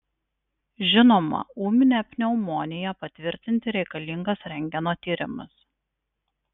žinoma ūminę pneumoniją patvirtinti reikalingas rentgeno tyrimas